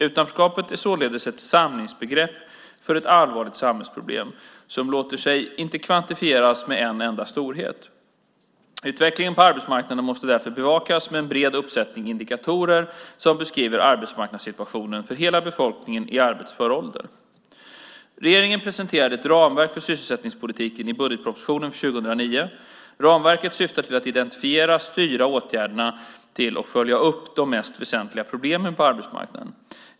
Utanförskapet är således ett samlingsbegrepp för ett allvarligt samhällsproblem och låter sig inte kvantifieras med en enda storhet. Utvecklingen på arbetsmarknaden måste därför bevakas med en bred uppsättning indikatorer som beskriver arbetsmarknadssituationen för hela befolkningen i arbetsför ålder. Regeringen presenterade ett ramverk för sysselsättningspolitiken i budgetpropositionen för 2009. Ramverket syftar till att identifiera, styra åtgärderna till och följa upp de mest väsentliga problemen på arbetsmarknaden.